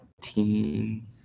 Team